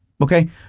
Okay